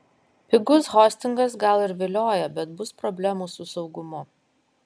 pigus hostingas gal ir vilioja bet bus problemų su saugumu